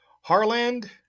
Harland